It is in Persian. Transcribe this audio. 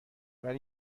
ولی